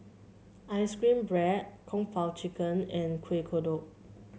ice cream bread Kung Po Chicken and Kueh Kodok